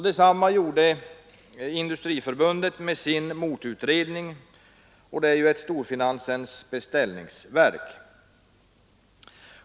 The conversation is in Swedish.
Detsamma gjorde Industriförbundet med sin motutredning, som är ett storfinansens beställningsverk.